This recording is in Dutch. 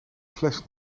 fles